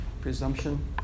presumption